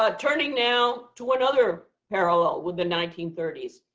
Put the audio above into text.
um turning now to another parallel with the nineteen thirty s,